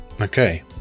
Okay